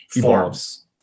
forms